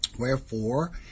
Wherefore